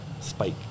spike